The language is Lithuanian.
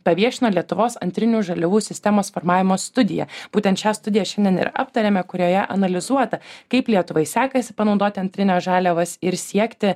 paviešino lietuvos antrinių žaliavų sistemos formavimo studiją būtent šią studiją šiandien ir aptarėme kurioje analizuota kaip lietuvai sekasi panaudoti antrines žaliavas ir siekti